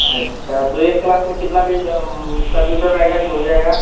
अच्छा तो एक क्लास में कितना कंप्यूटर रहेगा कि हो जाएगा